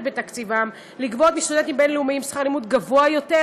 בתקציבם לגבות מסטודנטים בין-לאומיים שכר לימוד גבוה יותר,